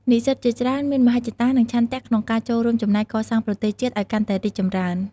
និស្សិតជាច្រើនមានមហិច្ឆតា និងឆន្ទៈក្នុងការចូលរួមចំណែកកសាងប្រទេសជាតិឲ្យកាន់តែរីកចម្រើន។